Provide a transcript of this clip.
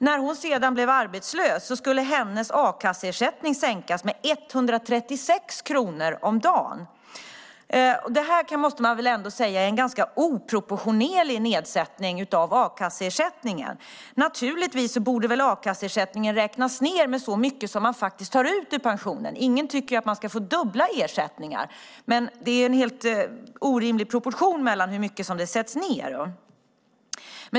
När hon sedan blev arbetslös skulle hennes a-kasseersättning sänkas med 136 kronor per dag. Det måste man väl säga är en ganska oproportionerlig nedsättning av a-kasseersättningen. Naturligtvis borde a-kasseersättningen räknas ned med så mycket som man faktiskt tar ut av pensionen. Ingen tycker att man ska få dubbla ersättningar, men det är en helt orimlig proportion mellan dem.